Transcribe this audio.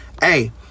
hey